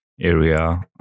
area